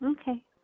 Okay